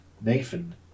Nathan